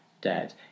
dead